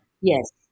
Yes